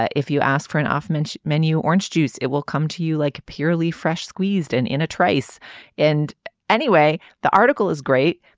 ah if you ask for an off bench menu orange juice it will come to you like purely fresh squeezed and in a trice and anyway the article is great.